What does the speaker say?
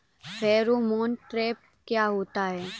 Pheromone trap क्या होता है?